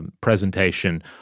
presentation